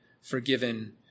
forgiven